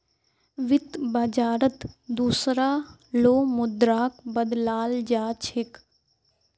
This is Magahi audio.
वित्त बाजारत दुसरा लो मुद्राक बदलाल जा छेक